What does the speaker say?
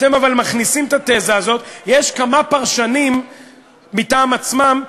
אבל אתם מכניסים את התזה הזאת יש כמה פרשנים מטעם עצמם,